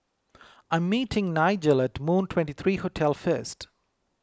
I'm meeting Nigel at Moon twenty three Hotel first